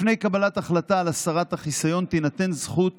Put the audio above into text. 1. לפני קבלת ההחלטה על הסרת החיסיון תינתן זכות